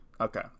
okay